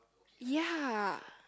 ya